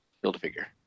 Build-A-Figure